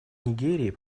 нигерии